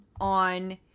on